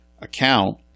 account